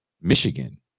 Michigan